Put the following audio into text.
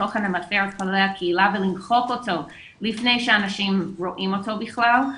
התוכן שמפר את כללי הקהילה ולמחוק אותו לפני שאנשים רואים אותו בכלל.